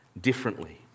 differently